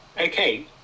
Okay